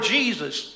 Jesus